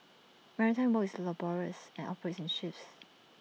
maritime work is laborious and operates in shifts